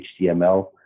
HTML